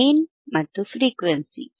gain frequency